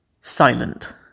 silent